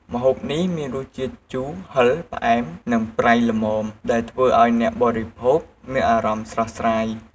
ម្ហូបនេះមានរសជាតិជូរ ហឹរ ផ្អែម និងប្រៃល្មម ដែលធ្វើឱ្យអ្នកបរិភោគមានអារម្មណ៍ស្រស់ស្រាយ។